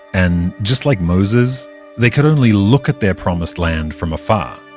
and just like moses they could only look at their promised land from afar.